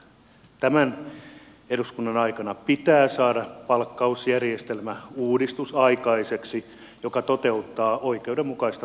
tämän eduskunnan aikana pitää saada palkkausjärjestelmäuudistus aikaiseksi joka toteuttaa oikeudenmukaista palkkausta